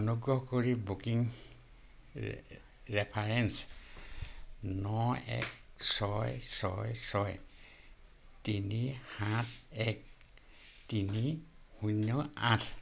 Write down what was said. অনুগ্ৰহ কৰি বুকিং ৰে ৰেফাৰেঞ্চ ন এক ছয় ছয় ছয় তিনি সাত এক তিনি শূন্য আঠ